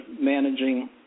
managing